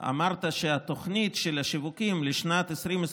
אמרת שהתוכנית של השיווקים לשנת 2022